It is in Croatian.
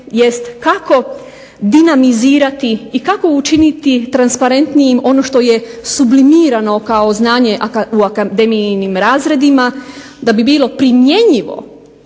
jest kako dinamizirati i kako učiniti transparentnijim ono što je sublimirano kao znanje u akademijinim razredima da bi bilo primjenjivo